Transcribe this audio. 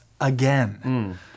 again